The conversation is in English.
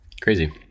Crazy